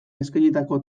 eskainitako